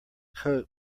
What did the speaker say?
coat